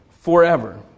forever